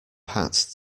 pat